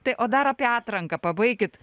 tai o dar apie atranką pabaikit